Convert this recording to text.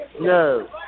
No